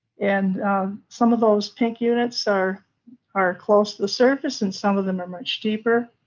and some of those pink units are are close to the surface, and some of them are much deeper,